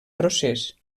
procés